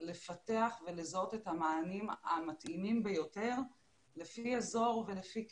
לפתח ולזהות את המענים המתאימים ביותר לפי אזור ולפי קהילה.